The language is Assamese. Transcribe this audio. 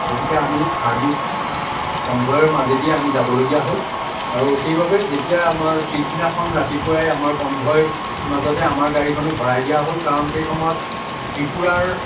গতিকে আমি আৰ্মিক কনভয়ৰ মাজেদিয়েই আমি যাবলগীয়া হ'ল আৰু সেইবাবে যেতিয়া আমাৰ পিছদিনাখন ৰাতিপুৱাই আমাৰ কনভয়ৰ মাজতে আমাৰ গাড়ীখনো ভৰাই দিয়া হ'ল কাৰণ সেই সময়ত ত্ৰিপুৰাৰ